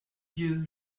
dieu